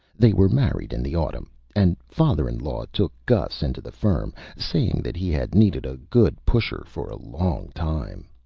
they were married in the autumn, and father-in-law took gus into the firm, saying that he had needed a good pusher for a long time.